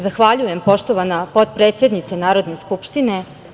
Zahvaljujem, poštovana potpredsednice Narodne skupštine.